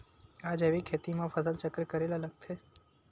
का जैविक खेती म फसल चक्र करे ल लगथे?